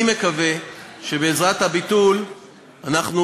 אני מקווה שבעזרת הביטול אנחנו